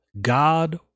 God